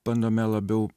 bandome labiau